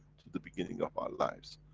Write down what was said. to the beginning of our lives.